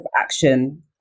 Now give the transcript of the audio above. action